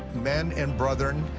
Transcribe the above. men and brethren,